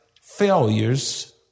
failures